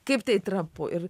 kaip tai trapu ir